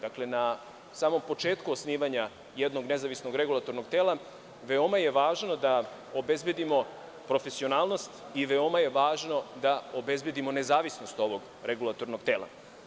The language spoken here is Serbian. Dakle, na samom početku osnivanja jednog nezavisnog regulatornog tela veoma je važno da obezbedimo profesionalnost i veoma je važno da obezbedimo nezavisnost ovog regulatornog tela.